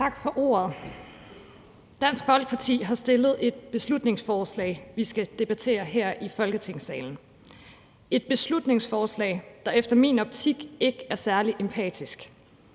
Tak for ordet. Dansk Folkeparti har fremsat et beslutningsforslag, som vi skal debattere her i Folketingssalen, et beslutningsforslag, der i min optik ikke er særlig empatisk.